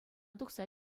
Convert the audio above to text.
тухса